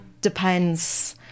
depends